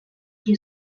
qui